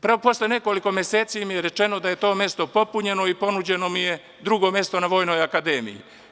Posle nekoliko meseci mi je rečeno da je to mesto popunjeno i ponuđeno mi je drugo mesto na vojnoj akademiji.